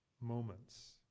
moments